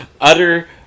utter